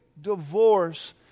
divorce